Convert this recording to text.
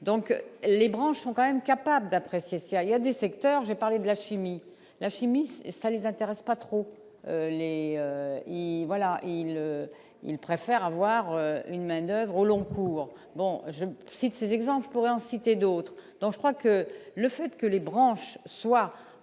donc les branches sont quand même capables d'apprécier s'il y a, il y a des secteurs j'ai parlé de la chimie, la chimie, ça les intéresse pas trop les voilà ils ils préfèrent avoir une manoeuvre au long cours, bon je cite ces exemples, je pourrais en citer d'autres, donc je crois que le fait que les branches soit